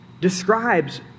describes